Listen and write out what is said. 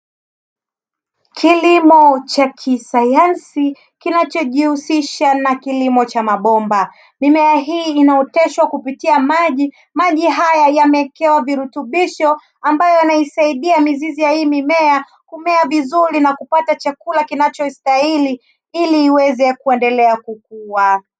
Kilimo cha kisayansi kinachojihusisha na kilimo cha mabomba. Mimea hii inaoteshwa kupitia maji. Maji haya yamekewa virutubisho ambayo yanaisaidia mizizi ya hii mimea kumea vizuri na kupata chakula kinachostahili ili iweze kuendelea kukua.